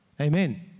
Amen